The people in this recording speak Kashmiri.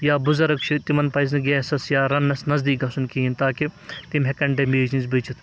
یا بُزرَگ چھِ تِمَن پَزِ نہٕ گیسَس یا رَننَس نَزدیٖک گژھُن کِہیٖنۍ تاکہِ تِم ہٮ۪کَن ڈمیج نِش بٔچِتھ